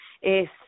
es